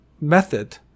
method